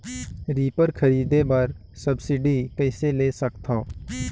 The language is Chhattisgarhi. रीपर खरीदे बर सब्सिडी कइसे ले सकथव?